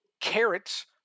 carrots